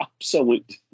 absolute